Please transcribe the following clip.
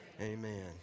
amen